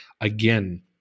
again